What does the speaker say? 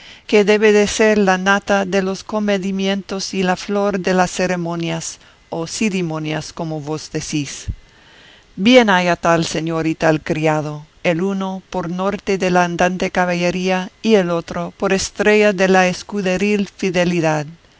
que debe de ser la nata de los comedimientos y la flor de las ceremonias o cirimonias como vos decís bien haya tal señor y tal criado el uno por norte de la andante caballería y el otro por estrella de la escuderil fidelidad